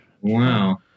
Wow